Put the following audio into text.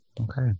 Okay